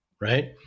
right